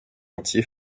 entier